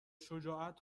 شجاعت